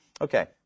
Okay